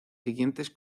siguientes